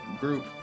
group